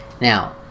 Now